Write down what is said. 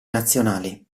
nazionali